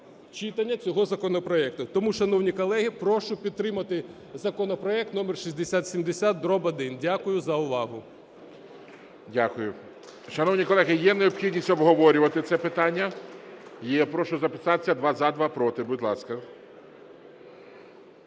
читання цього законопроекту. Тому, шановні колеги, прошу підтримати законопроект номер 6070-1. Дякую за увагу. ГОЛОВУЮЧИЙ. Дякую. Шановні колеги, є необхідність обговорювати це питання? Є. Прошу записатися: два – за, два – проти. Будь ласка.